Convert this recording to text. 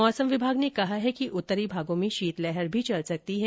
मौसम विभाग ने कहा है कि उतरी भागों में शीतलहर भी चल सकती है